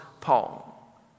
Paul